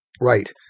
Right